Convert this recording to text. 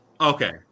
Okay